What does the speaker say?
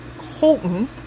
Holton